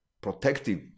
protective